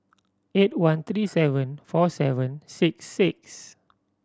eight one three seven four seven six six